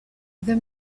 the